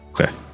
Okay